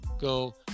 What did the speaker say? go